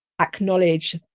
acknowledge